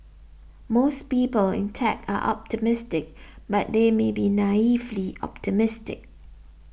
most people in tech are optimistic but they may be naively optimistic